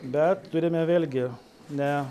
bet turime vėlgi ne